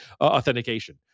authentication